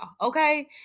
okay